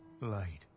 Light